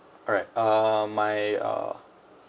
alright um my uh